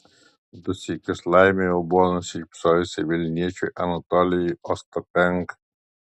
du sykius laimė jau buvo nusišypsojusi vilniečiui anatolijui ostapenkai